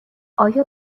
آیا